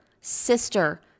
sister